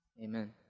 amen